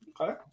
Okay